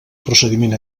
procediment